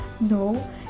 no